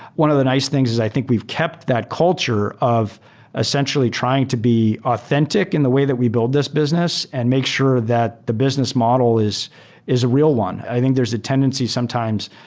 one of the nice things is i think we've kept that culture of essentially trying to be authentic in the way that we build this business and make sure that the business model is is a real one. i think there's a tendency sometimes,